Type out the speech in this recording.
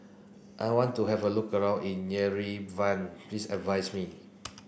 I want to have a look around in Yerevan please advise me